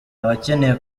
abakeneye